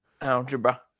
Algebra